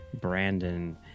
Brandon